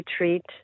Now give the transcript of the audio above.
retreat